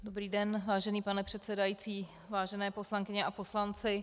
Dobrý den, vážený pane předsedající, vážené poslankyně a poslanci.